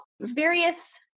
various